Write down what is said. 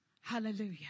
Hallelujah